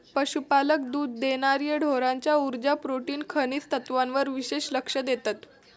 पशुपालक दुध देणार्या ढोरांच्या उर्जा, प्रोटीन, खनिज तत्त्वांवर विशेष लक्ष देतत